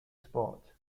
spot